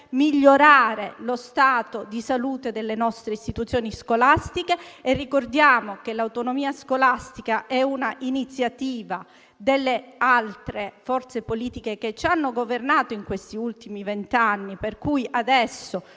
migliorare lo stato di salute delle nostre istituzioni scolastiche. Ricordiamo che l'autonomia scolastica è stata un'iniziativa delle altre forze politiche che ci hanno governato in questi ultimi vent'anni, per cui adesso